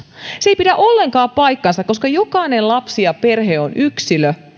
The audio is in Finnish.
se ei pidä ollenkaan paikkaansa koska jokainen lapsi ja perhe on yksilö